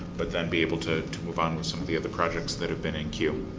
but then be able to to move on with some of the other projects that have been in queue.